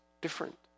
different